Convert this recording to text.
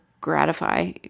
gratify